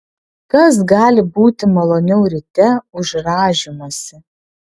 kas gali būti maloniau ryte už rąžymąsi